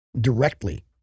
directly